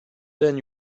then